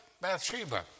Bathsheba